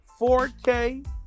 4K